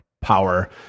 power